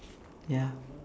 ya